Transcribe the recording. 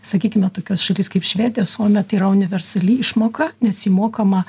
sakykime tokiose šalyse kaip švedija suomija tai yra universali išmoka nes ji mokama